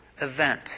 event